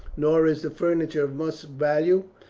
nor is the furniture of much value,